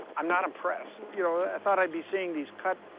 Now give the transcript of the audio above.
i'm not impressed. you know, i thought i'd be seeing these cut,